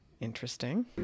Interesting